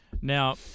Now